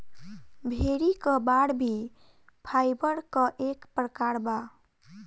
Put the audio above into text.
भेड़ी क बार भी फाइबर क एक प्रकार बा